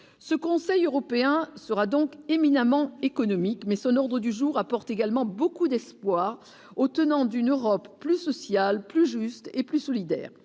ce Conseil européen sera donc éminemment économique mais son ordre du jour apporte également beaucoup d'espoir aux tenants d'une Europe plus sociale, plus juste et plus solidaire,